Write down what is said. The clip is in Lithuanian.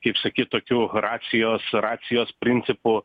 kaip sakyt tokiu racijos racijos principu